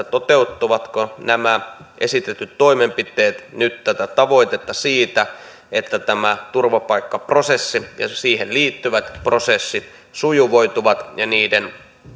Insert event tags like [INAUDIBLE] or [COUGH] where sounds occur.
[UNINTELLIGIBLE] toteuttavatko nämä esitetyt toimenpiteet nyt tätä tavoitetta siitä että tämä turvapaikkaprosessi ja siihen liittyvät prosessit sujuvoituvat ja niiden